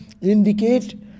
indicate